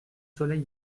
soleil